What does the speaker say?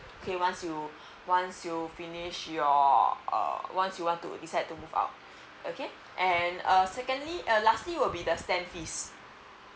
okay once you once you finish your uh once you want to decide to move out okay and err secondly uh lastly will be the stand fees